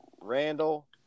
Randall